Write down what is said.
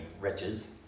riches